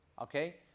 Okay